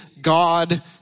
God